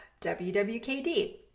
WWKD